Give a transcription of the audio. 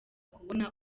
kubona